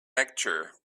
lecture